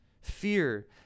Fear